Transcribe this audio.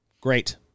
Great